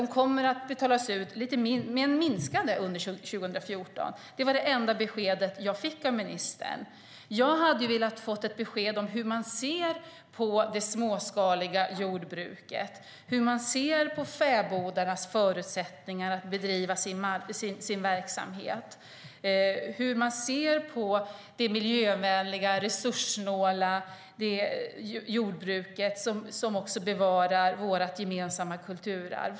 De kommer att betalas ut men minskande under 2014. Det var det enda besked jag fick av ministern. Jag hade velat få ett besked om hur man ser på det småskaliga jordbruket och hur man ser på fäbodarnas förutsättningar att bedriva sin verksamhet. Hur ser man på det miljövänliga och resurssnåla jordbruket som också bevarar vårt gemensamma kulturarv?